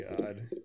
god